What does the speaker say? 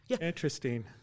Interesting